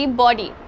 body